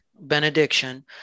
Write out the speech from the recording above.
benediction